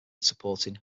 supporting